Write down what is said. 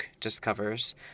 discovers